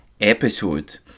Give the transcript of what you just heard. episode